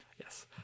Yes